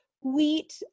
wheat